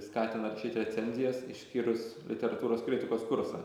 skatina rašyt recenzijas išskyrus literatūros kritikos kursą